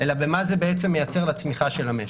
אלא במה זה מייצר לצמיחה של המשק.